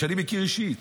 שאני מכיר אישית,